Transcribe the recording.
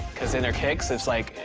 cause in her kicks, it's like,